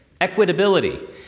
equitability